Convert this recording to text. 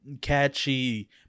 catchy